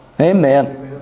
Amen